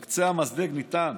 על קצה המזלג ניתן